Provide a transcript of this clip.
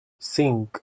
cinc